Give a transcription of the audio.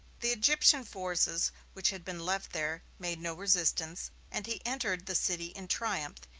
the egyptian forces which had been left there made no resistance, and he entered the city in triumph.